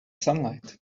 sunlight